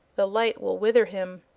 the light will wither him.